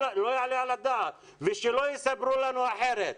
זה לא יעלה על הדעת ושלא יספרו לנו אחרת.